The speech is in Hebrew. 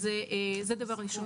שנית,